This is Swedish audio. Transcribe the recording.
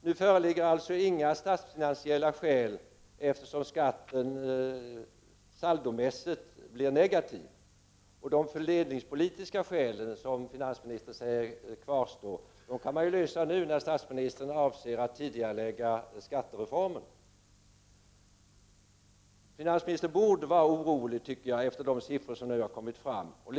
Nu föreligger det således inga statsfinansiella skäl, eftersom skatten saldomässigt blir negativ. De fördelningspolitiska skälen som finansministern säger kvarstår kan man ju komma till rätta med nu när finansministern avser att tidigarelägga skattereformen. Efter de siffror som nu kommit fram borde finansministern vara orolig, tycker jag.